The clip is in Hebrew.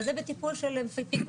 אבל זה בטיפול של הפיקוח.